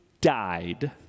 died